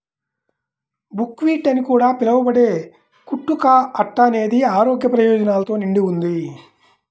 buckwheat అని కూడా పిలవబడే కుట్టు కా అట్ట అనేది ఆరోగ్య ప్రయోజనాలతో నిండి ఉంది